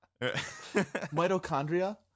Mitochondria